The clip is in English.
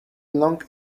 long